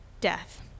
death